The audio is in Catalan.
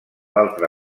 altre